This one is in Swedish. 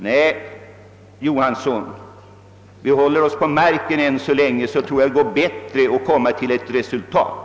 Nej, herr Johanson, om vi håller oss på marken tror jag det går bättre att nå ett resultat.